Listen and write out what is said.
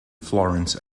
florence